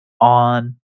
on